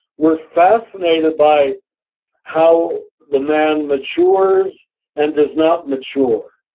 we're fascinated by how the man matures and does not mature.